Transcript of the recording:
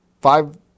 five